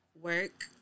work